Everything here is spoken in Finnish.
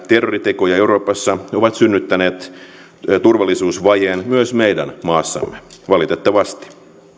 terroriteot euroopassa ovat synnyttäneet turvallisuusvajeen myös meidän maassamme valitettavasti